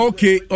Okay